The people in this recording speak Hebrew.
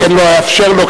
לכן לא אאפשר לו,